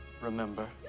Remember